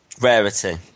Rarity